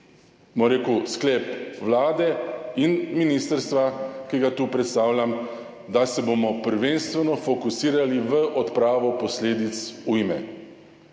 bom rekel, sklep vlade in ministrstva, ki ga tu predstavljam, da se bomo prvenstveno fokusirali v odpravo posledic ujme.